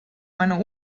meiner